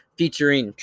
featuring